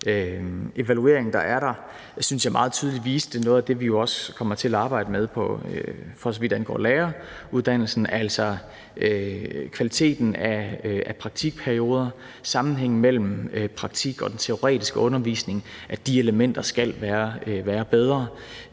evaluering, der er, synes jeg meget tydeligt viste noget af det, vi jo også kommer til at arbejde med, for så vidt angår læreruddannelsen, altså at kvaliteten af praktikperioder og sammenhængen mellem praktik og teoretisk undervisning skal være bedre.